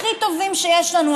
הכי טובים שיש לנו,